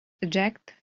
eject